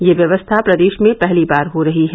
यह व्यवस्था प्रदेश में पहली बार हो रही है